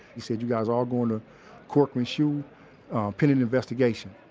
he said, you guys are going to corcoran shu pending investigation